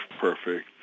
perfect